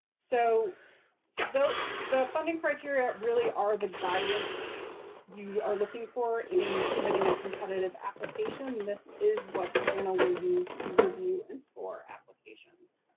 so the the funding criteria really are the guidance you are looking for in submitting a competitive application. this is what the panel will use to review and score applications.